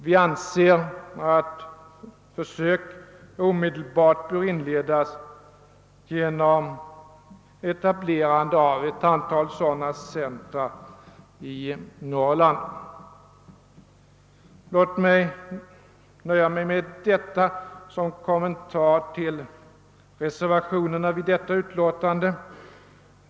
Vi anser att försök omedelbart bör inledas genom etablerande av ett antal sådana centra i Norrland. Jag vill nöja mig med detta som kommentar till reservationerna vid detta utlåtande.